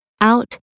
out